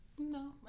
No